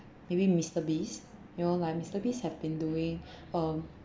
maybe mister beast you all like mister beast have been doing uh